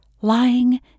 lying